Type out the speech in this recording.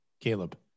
Caleb